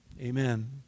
amen